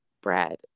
bread